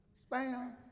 spam